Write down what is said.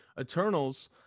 Eternals